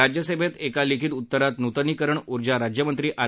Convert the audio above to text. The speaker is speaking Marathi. राज्यसभेत एका लिखित उत्तरात नुतनीकरण ऊर्जा राज्यमंत्री आर